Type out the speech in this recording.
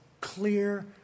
clear